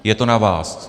Je to na vás.